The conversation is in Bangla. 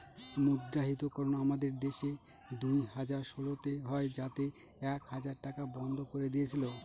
মুদ্রাহিতকরণ আমাদের দেশে দুই হাজার ষোলোতে হয় যাতে এক হাজার টাকা বন্ধ করে দিয়েছিল